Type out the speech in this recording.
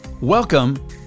welcome